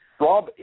Rob